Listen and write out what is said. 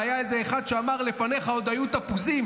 והיה איזה אחד שאמר שלפניך עוד היו תפוזים.